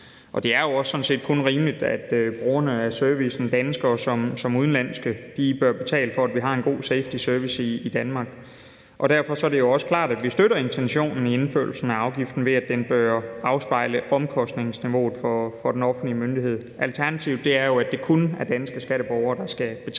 og det er sådan set også kun rimeligt, at brugerne af servicen, danske som udenlandske, bør betale for, at vi har en god safetyservice i Danmark. Derfor er det også klart, at vi støtter intentionen i indførelsen af afgiften, ved at den bør afspejle omkostningsniveauet for den offentlige myndighed. Alternativet er jo, at det kun er danske skatteborgere, der skal betale